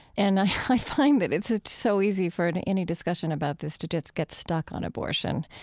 and i find that it's ah so easy for and any discussion about this to just get stuck on abortion.